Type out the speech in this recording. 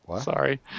sorry